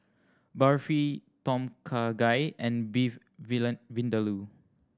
Barfi Tom Kha Gai and Beef Vindaloo